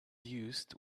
used